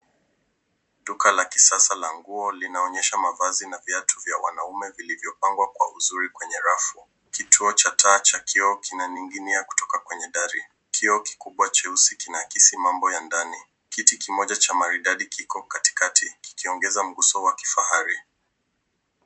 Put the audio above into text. Duka la kisasa la nguo linaonyesha mavazi na viatu vya wanaume vilivyopangwa kwa uzuri kwenye rafu. Kituo cha taa cha kioo kinaning'inia kutoka kwenye dari. Kioo kukubwa cheusi kinakisi mambo ya ndani. Kiti kimoja kizuri kiko katikati kikiongeza mguzo wa kifahari.